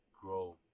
grow